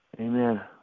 Amen